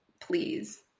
please